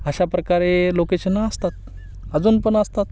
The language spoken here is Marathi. अशा प्रकारे लोकेशनं असतात अजून पण असतात